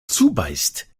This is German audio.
zubeißt